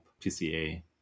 PCA